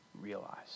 realize